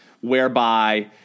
whereby